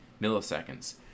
milliseconds